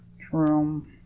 True